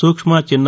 సూక్ష్మ చిన్న